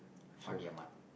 Fandi-Ahmad